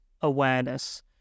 awareness